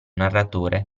narratore